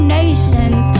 nations